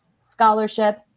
scholarship